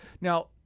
now